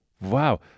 wow